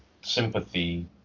sympathy